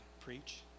preach